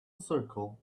circle